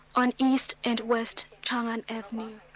on east and west chang'an avenue,